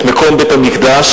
את מקום בית-המקדש.